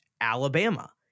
Alabama